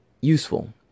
useful